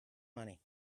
money